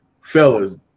fellas